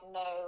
no